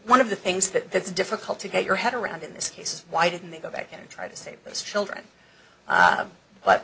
one of the things that that's difficult to get your head around in this case why didn't they go back and try to save those children